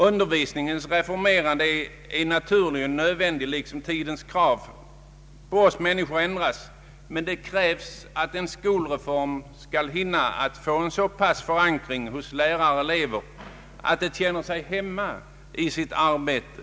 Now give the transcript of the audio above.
Undervisningens reformerande är naturligen nödvändigt liksom tidens krav på oss människor ändras, men en skolreform måste få en så god förankring hos lärare och elever att dessa känner sig hemma i sitt arbete.